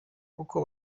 koko